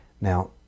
Now